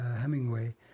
Hemingway